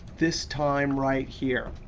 this time right here